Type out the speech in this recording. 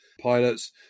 pilots